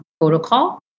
protocol